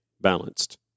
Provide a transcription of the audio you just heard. balanced